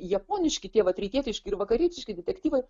japoniški tie vat rytietiški ir vakarietiški detektyvai